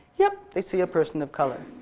yep, they see a person of color.